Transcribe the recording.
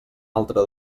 altre